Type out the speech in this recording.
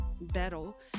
battle